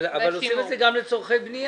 אבל עושים את זה גם לצרכי בנייה.